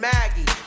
Maggie